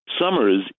summers